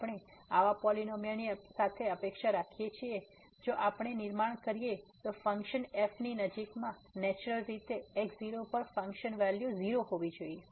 આપણે આવા પોલીનોમીઅલ ની અપેક્ષા રાખીએ છીએ જો આપણે નિર્માણ કરીએ તો ફંક્શન f ની નજીકમાં નેચરલ રીતે x0 પર ફંક્શન વેલ્યુ 0 હોવી જોઈએ